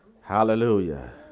Hallelujah